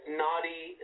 naughty